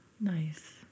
Nice